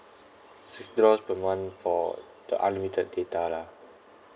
sixty dollars per month for the unlimited data lah